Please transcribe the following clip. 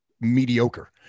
mediocre